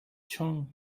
chung